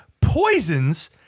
Poisons